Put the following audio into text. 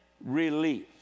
relief